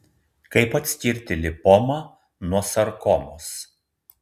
kaip atskirti lipomą nuo sarkomos